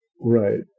Right